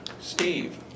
Steve